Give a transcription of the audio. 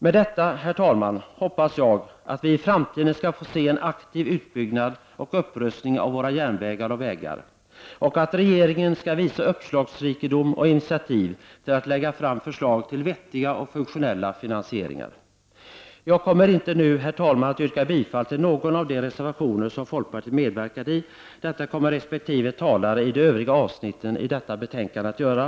Med detta, herr talman, hoppas jag att vi i framtiden skall få se en aktiv utbyggnad och upprustning av våra järnvägar och vägar och att regeringen skall visa uppslagsrikedom och initiativ till att lägga fram förslag till vettiga och funktionella finansieringar. Herr talman! Jag kommer inte nu att yrka bifall till någon av de reservationer som folkpartiet medverkat till. Detta kommer resp. talare i de övriga avsnitten i detta betänkande att göra.